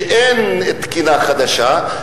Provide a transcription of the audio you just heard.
שאין תקינה חדשה,